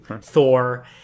Thor